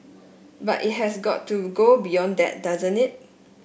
but it has got to go beyond that doesn't it